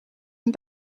een